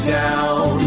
down